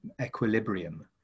equilibrium